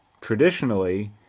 traditionally